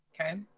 Okay